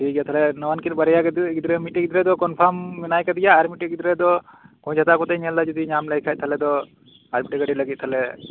ᱴᱷᱤᱠ ᱜᱮᱭᱟ ᱛᱟᱞᱦᱮ ᱱᱟᱣᱟᱱᱠᱤᱱ ᱵᱟᱨᱭᱟ ᱜᱤᱫᱽᱨᱟᱹ ᱢᱤᱫᱽᱴᱮᱡ ᱜᱤᱫᱽᱨᱟᱹ ᱫᱚ ᱠᱚᱱᱯᱷᱟᱨᱢ ᱢᱮᱱᱟᱭ ᱠᱟᱫᱮᱭᱟ ᱟᱨ ᱢᱤᱫᱽᱴᱮᱡ ᱜᱤᱫᱽᱨᱟᱹ ᱫᱚ ᱠᱷᱚᱡ ᱦᱟᱛᱟᱣ ᱠᱟᱛᱮ ᱧᱮᱞ ᱫᱟᱹᱧ ᱡᱩᱫᱤ ᱧᱟᱢᱚᱜ ᱠᱷᱟᱱᱮ